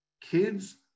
kids